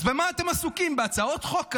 אז במה אתם עסוקים, בהצעות חוק כאלה?